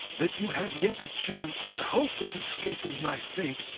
that you have yet a chance and hope of escaping my fate.